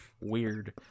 weird